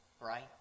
right